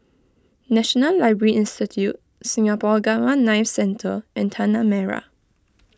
National Library Institute Singapore Gamma Knife Centre and Tanah Merah